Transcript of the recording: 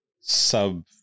sub